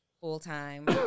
full-time